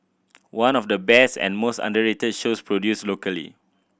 one of the best and most underrated shows produced locally